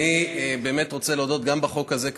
אני באמת רוצה להודות גם בחוק הזה,